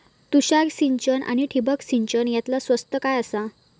तुषार सिंचन आनी ठिबक सिंचन यातला स्वस्त काय आसा?